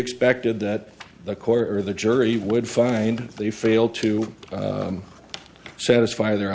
expected that the court or the jury would find they failed to satisfy their